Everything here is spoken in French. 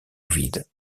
ovide